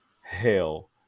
hell